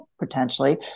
potentially